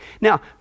Now